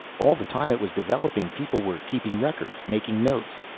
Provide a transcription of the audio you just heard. all the time it was developing, people were keeping records, making notes.